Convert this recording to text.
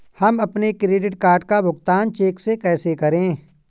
हम अपने credit card का भुगतान चेक से कैसे करें?